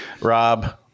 rob